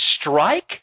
strike